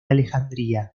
alejandría